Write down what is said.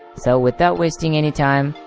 so, without wasting any time,